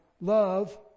love